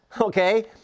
Okay